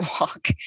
walk